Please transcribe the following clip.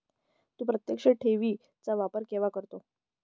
तू प्रत्यक्ष ठेवी चा वापर केव्हा करतो?